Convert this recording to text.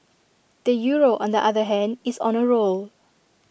the euro on the other hand is on A roll